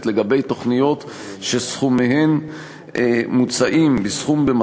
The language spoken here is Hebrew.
לגבי תוכניות שסכומיהן מוצעים בסכום קובע,